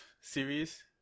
series